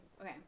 okay